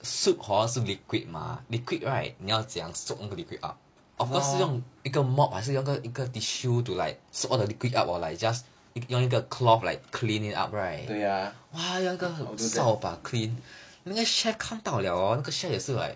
mop lor 对呀 I will do that